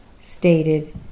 stated